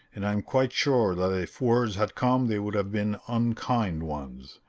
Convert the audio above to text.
and i am quite sure that if words had come they would have been unkind ones.